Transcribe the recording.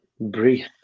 breathe